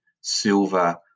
silver